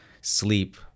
sleep